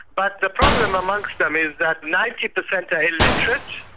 but the problem amongst them is that ninety percent are illiterate,